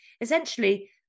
essentially